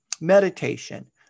Meditation